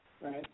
right